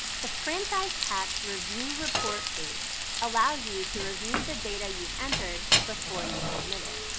the franchise tax review report page allows you to review the data you've entered before you submit it.